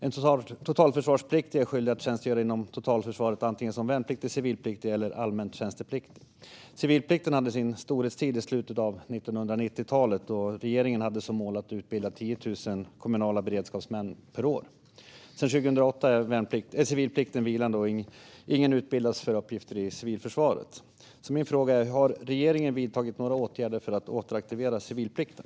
Enligt totalförsvarsplikten är jag skyldig att tjänstgöra inom totalförsvaret som antingen värnpliktig, civilpliktig eller allmänt tjänstepliktig. Civilplikten hade sin storhetstid i slutet av 1990-talet, då regeringen hade som mål att utbilda 10 000 kommunala beredskapsmän per år. Sedan 2008 är civilplikten vilande, och ingen utbildas nu för uppgifter i civilförsvaret. Min fråga är: Har regeringen vidtagit några åtgärder för att återaktivera civilplikten?